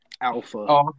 Alpha